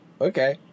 Okay